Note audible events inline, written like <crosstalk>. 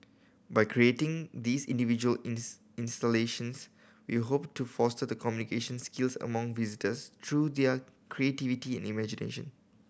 by creating these individual <unintelligible> installations we hope to foster the communication skills among visitors through their creativity and imagination